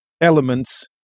elements